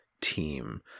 team